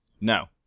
No